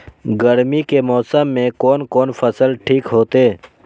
गर्मी के मौसम में कोन कोन फसल ठीक होते?